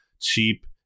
cheap